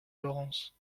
laurence